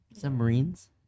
submarines